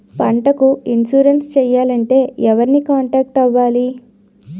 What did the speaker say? పంటకు ఇన్సురెన్స్ చేయాలంటే ఎవరిని కాంటాక్ట్ అవ్వాలి?